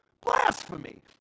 Blasphemy